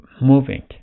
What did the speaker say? Moving